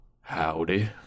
Howdy